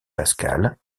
pascal